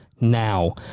now